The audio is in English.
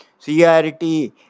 CRT